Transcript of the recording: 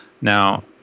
Now